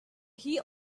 heat